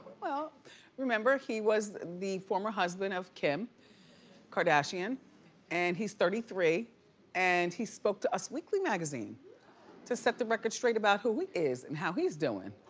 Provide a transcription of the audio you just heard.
remember he was the former husband of kim kardashian and he's thirty three and he spoke to us weekly magazine to set the record straight about who he is and how he's doing.